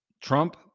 Trump